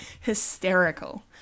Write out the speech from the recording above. Hysterical